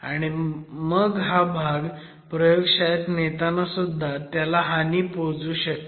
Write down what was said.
आणि हा भाग प्रयोगशाळेत नेताना सुद्धा त्याला हानी पोहोचू शकते